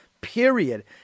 Period